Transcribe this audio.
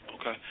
okay